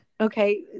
Okay